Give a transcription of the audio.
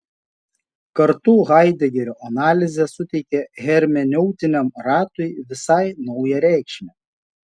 kartu haidegerio analizė suteikia hermeneutiniam ratui visai naują reikšmę